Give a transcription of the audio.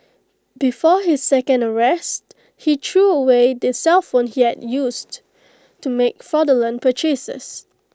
before his second arrest he threw away the cellphone he had used to make fraudulent purchases